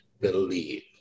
believe